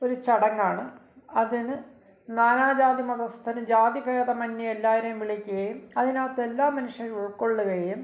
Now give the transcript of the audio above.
ഒരു ചടങ്ങാണ് അതിന് നാനാ ജാതി മതസ്ഥരും ജാതി ഭേദമന്വേ എല്ലാവരെയും വിളിക്കുകയും അതിനകത്ത് എല്ലാ മനുഷ്യരും ഉൾക്കൊള്ളുകയും